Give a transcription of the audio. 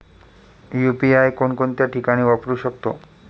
UPI कोणकोणत्या ठिकाणी वापरू शकतो?